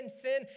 sin